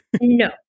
No